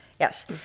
Yes